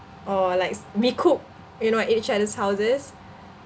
or like we cook you know at each other's houses